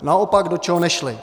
Naopak, do čeho nešly?